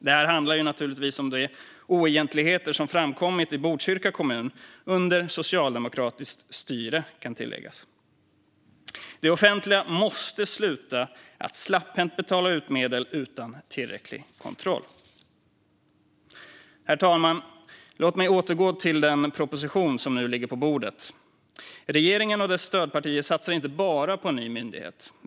Det handlar naturligtvis om de oegentligheter som framkommit i Botkyrka kommun - under socialdemokratiskt styre, kan tilläggas. Det offentliga måste sluta att slapphänt betala ut medel utan tillräcklig kontroll. Herr talman! Låt mig återgå till den proposition som nu ligger på bordet. Regeringen och dess stödpartier satsar inte bara på en ny myndighet.